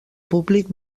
públic